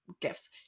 gifts